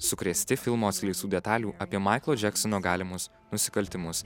sukrėsti filmo atskleistų detalių apie maiklo džeksono galimus nusikaltimus